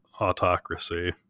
autocracy